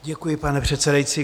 Děkuji, pane předsedající.